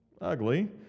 ugly